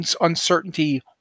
uncertainty